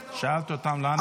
שאלת אותם לאן הם ממהרים.